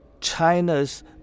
China's